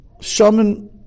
Shaman